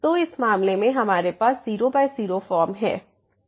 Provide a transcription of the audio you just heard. तो इस मामले में हमारे पास 00 फॉर्म है